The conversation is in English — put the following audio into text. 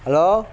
hello